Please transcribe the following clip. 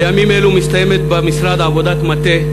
בימים אלה מסתיימת במשרד עבודת מטה,